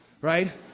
right